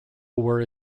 were